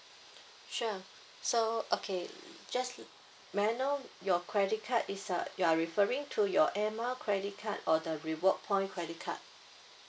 sure so okay just uh may I know your credit card is uh you are referring to your air mile credit card or the reward point credit card